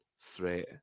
threat